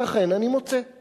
ואכן אני מוצא את